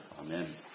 Amen